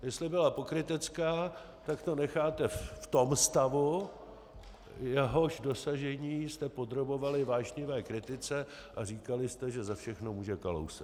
Jestli byla pokrytecká, tak to necháte v tom stavu, jehož dosažení jste podrobovali vášnivé kritice, a říkali jste, že za všechno může Kalousek.